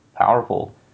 powerful